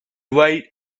weight